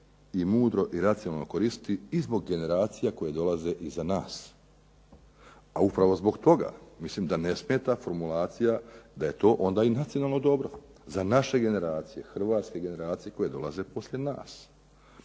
i mudro i racionalno koristiti i zbog generacija koje dolaze iza nas. A upravo zbog toga mislim da ne smeta formulacija da je to onda i nacionalno dobro, za naše generacije, hrvatske generacije koje dolaze poslije nas.